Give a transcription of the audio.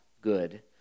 good